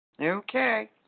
Okay